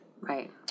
Right